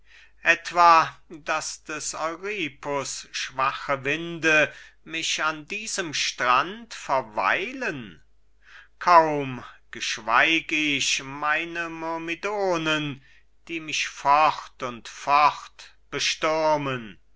etwa daß des euripus schwache winde mich an diesem strand verweilen kaum geschweig ich meine myrmidonen die mich fort und fort bestürmen